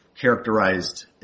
characterized